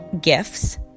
gifts